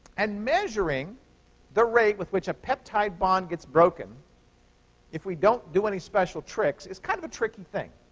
and measuring the rate with which a peptide bond gets broken if we don't do any special tricks. it's kind of a tricky thing.